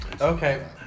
Okay